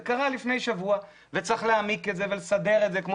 זה קרה לפני שבוע וצריך להעמיק את זה ולסדר את זה כמו